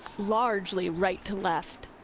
largely right to left.